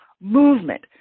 movement